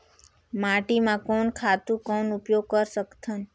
माटी म कोन खातु कौन उपयोग कर सकथन?